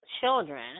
children